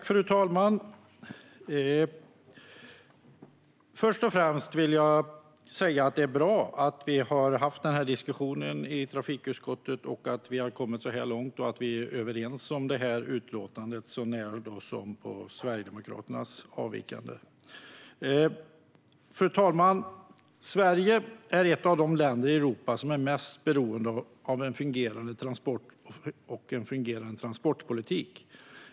Fru talman! Först och främst vill jag säga att det är bra att vi har haft denna diskussion i trafikutskottet och att vi har kommit så här långt och är överens om utlåtandet, förutom vad gäller Sverigedemokraternas avvikande mening. Fru talman! Sverige är ett av de länder i Europa som är mest beroende av en fungerande transport och transportpolitik.